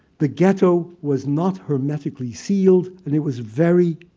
the ghetto was not hermetically sealed, and it was very,